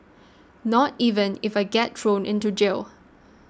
not even if I get thrown into jail